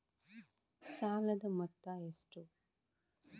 ಸಾಲದ ಮೊತ್ತ ಎಷ್ಟು?